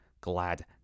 glad